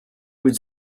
would